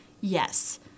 yes